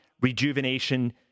rejuvenation